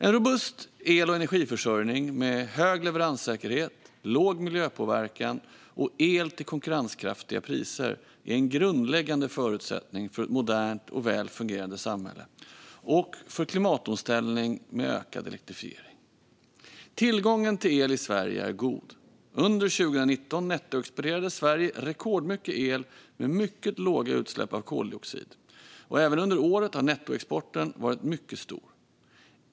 En robust el och energiförsörjning med hög leveranssäkerhet, låg miljöpåverkan och el till konkurrenskraftiga priser är en grundläggande förutsättning för ett modernt och väl fungerande samhälle och för klimatomställningen med ökad elektrifiering. Tillgången till el i Sverige är god. Under 2019 nettoexporterade Sverige rekordmycket el med mycket låga utsläpp av koldioxid, och även under året har nettoexporten varit mycket stor.